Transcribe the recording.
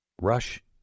Rush